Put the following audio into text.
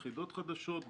יחידות חדשות,